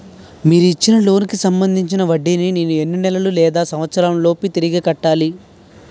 మీరు ఇచ్చిన లోన్ కి సంబందించిన వడ్డీని నేను ఎన్ని నెలలు లేదా సంవత్సరాలలోపు తిరిగి కట్టాలి?